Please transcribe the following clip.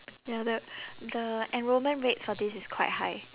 ya the the enrolment rate for this is quite high